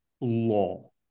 law